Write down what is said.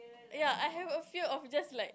ya I have a fear of just like